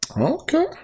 Okay